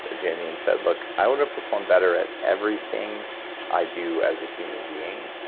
ah jamie, and said, look, i want to perform better at everything i do as a human being,